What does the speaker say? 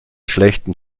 schlechten